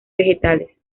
vegetales